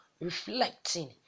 reflecting